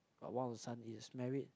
but one of the son is married